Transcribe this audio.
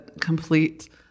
complete